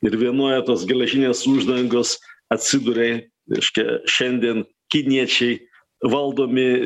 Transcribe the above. ir vienoje tos geležinės uždangos atsiduria reiškia šiandien kiniečiai valdomi